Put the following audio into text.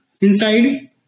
inside